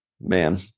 man